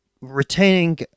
retaining